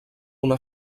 una